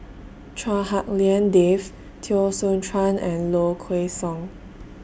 Chua Hak Lien Dave Teo Soon Chuan and Low Kway Song